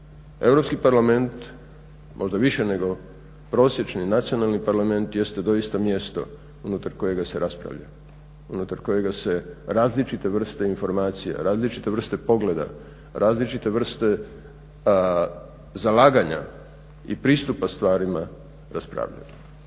Europski parlament možda više nego prosječni Nacionalni parlament jeste doista mjesto unutar kojega se raspravlja, unutar kojega se različite vrste informacija, različite vrste pogleda, različite vrste zalaganja i pristupa stvarima raspravljaju.